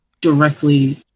directly